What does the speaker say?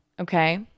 Okay